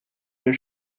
your